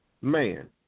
man